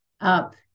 up